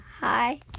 hi